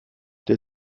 der